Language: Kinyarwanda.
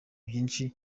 byinshi